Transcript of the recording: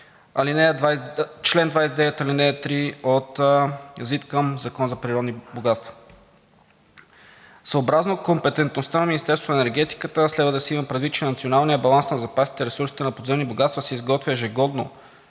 съгласно чл. 29, ал. 3 от ЗИД към Закона за природни богатства. Съобразно компетентността на Министерството на енергетиката следва да се има предвид, че Националният баланс на запасите, ресурсите на подземни богатства се изготвя ежегодно,